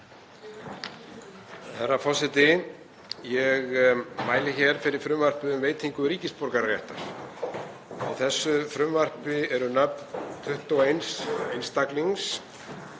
Herra forseti. Ég mæli hér fyrir frumvarpi um veitingu ríkisborgararéttar. Á þessu frumvarpi eru nöfn 21 einstaklings.